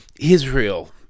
Israel